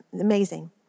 amazing